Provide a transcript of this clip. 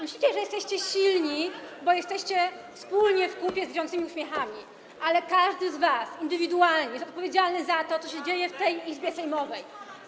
Myślicie, że jesteście silni, bo jesteście wspólnie, w kupie, z drwiącymi uśmiechami, ale każdy z was indywidualnie jest odpowiedzialny za to, co się dzieje w tej Izbie sejmowej.